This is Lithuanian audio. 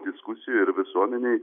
diskusijų ir visuomenėj